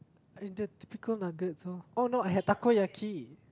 in that typical nuggets lor oh no I had Takoyaki